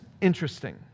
interesting